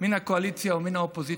מהקואליציה ומהאופוזיציה,